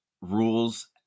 rules